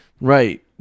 right